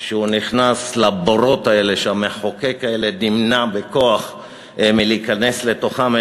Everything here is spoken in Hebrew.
שהוא נכנס לבורות האלה שהמחוקק נמנע בכוח מלהיכנס לתוכם,